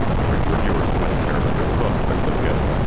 according to reviewers, quite a terribly written book. but so it goes.